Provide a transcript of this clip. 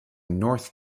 north